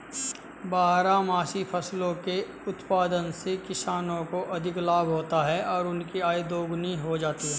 बारहमासी फसलों के उत्पादन से किसानों को अधिक लाभ होता है और उनकी आय दोगुनी हो जाती है